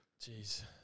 jeez